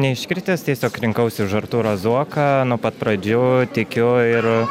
neiškritęs tiesiog rinkausi už artūrą zuoką nuo pat pradžių tikiu ir